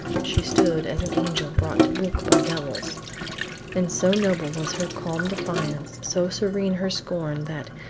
she stood as an angel brought to book by devils and so noble was her calm defiance, so serene her scorn, that,